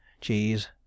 cheese